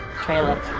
trailer